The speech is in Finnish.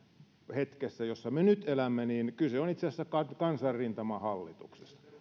hetkessä jossa me nyt elämme niin kyse on itse asiassa kansanrintamahallituksesta